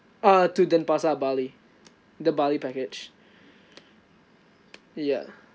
uh to denpasar bali the bali package ya